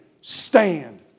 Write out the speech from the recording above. Stand